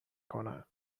کنن